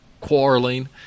quarreling